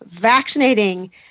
vaccinating